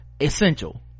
essential